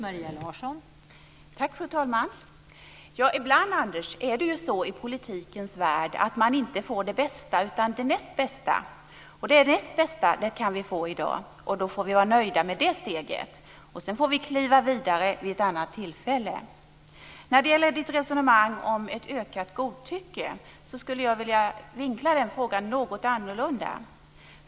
Fru talman! Ibland är det ju så i politikens värld att man inte får det bästa utan det näst bästa, och det näst bästa kan vi få i dag. Då får vi vara nöjda med det steget, och sedan får vi kliva vidare vid ett annat tillfälle. Anders Karlsson för ett resonemang om ett ökat godtycke. Jag vill vinkla den frågan något annorlunda.